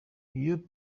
uyu